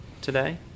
today